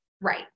Right